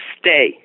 stay